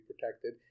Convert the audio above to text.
protected